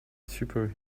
super